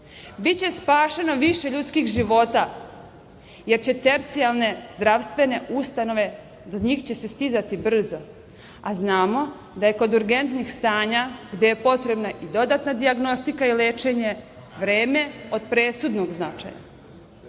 Biše spašeno više ljudskih života, jer će tercijarne zdravstvene ustanove, do njih će se stizati brzo, a znamo da je kod urgentnih stanja, gde je potrebna dodatna dijagnostika i lečenje, vreme od presudnog značaja.